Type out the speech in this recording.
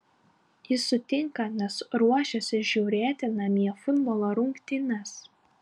jis sutinka nes ruošiasi žiūrėti namie futbolo rungtynes